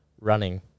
running